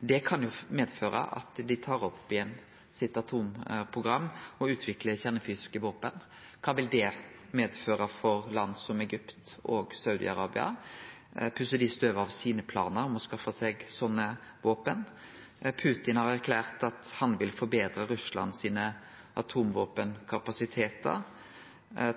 Det kan jo medføre at dei tar opp igjen sitt atomprogram og utviklar kjernefysiske våpen. Kva vil det medføre for land som Egypt og Saudi-Arabia? Pussar dei støvet av sine planar med å skaffe seg sånne våpen? Putin har erklært at han vil forbetre Russland sine atomvåpenkapasitetar.